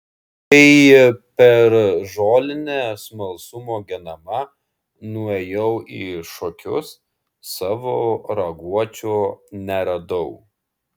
kai per žolinę smalsumo genama nuėjau į šokius savo raguočio neradau